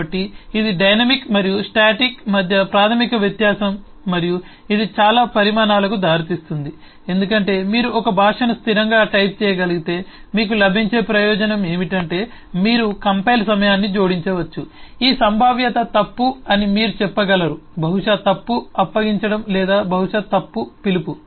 కాబట్టి ఇది డైనమిక్ మరియు స్టాటిక్ మధ్య ప్రాథమిక వ్యత్యాసం మరియు ఇది చాలా పరిణామాలకు దారితీస్తుంది ఎందుకంటే మీరు ఒక భాషను స్థిరంగా టైప్ చేయగలిగితే మీకు లభించే ప్రయోజనం ఏమిటంటే మీరు కంపైల్ సమయాన్ని జోడించవచ్చు ఈ సంభావ్యత తప్పు అని మీరు చెప్పగలరు బహుశా తప్పు అప్పగించడం లేదా ఇది బహుశా తప్పు పిలుపు